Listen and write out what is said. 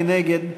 מי נגד?